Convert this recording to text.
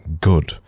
good